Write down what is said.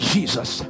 Jesus